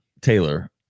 Taylor